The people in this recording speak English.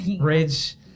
bridge